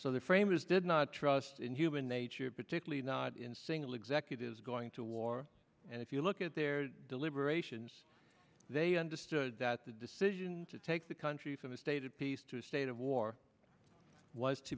the framers did not trust in human nature particularly not in single executives going to war and if you look at their deliberations they understood that the decision to take the country from a state of peace to a state of war was to